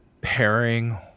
pairing